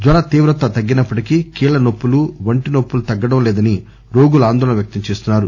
జ్వర తీవ్రత తగ్గినప్పటికీ కీళ్ల నొప్పులు ఒంటి నొప్పులు తగ్గడం లేదని రోగులు ఆందోళన వ్యక్తం చేస్తున్నారు